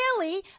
billy